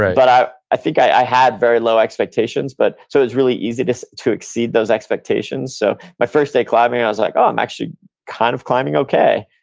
but i i think i had very low expectations, but so it was really easy to so to exceed those expectations. so my first day climbing, i was, like oh, i'm actually kind of climbing okay.